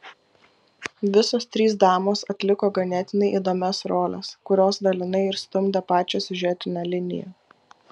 visos trys damos atliko ganėtinai įdomias roles kurios dalinai ir stumdė pačią siužetinę liniją